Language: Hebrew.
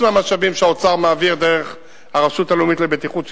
מהמשאבים שהאוצר מעביר דרך הרשות הלאומית לבטיחות,